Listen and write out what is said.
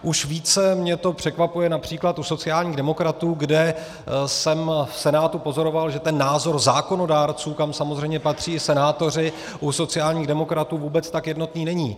Už více mě to překvapuje například u sociálních demokratů, kde jsem v Senátu pozoroval, že ten názor zákonodárců, kam samozřejmě patří i senátoři, u sociálních demokratů vůbec tak jednotný není.